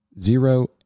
zero